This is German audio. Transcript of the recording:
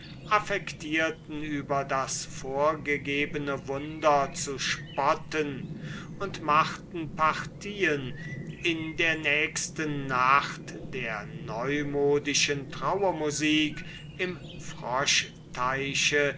affectierten über das vorgegebene wunder zu spotten und machten partien in der nächsten nacht der neumodischen trauermusik im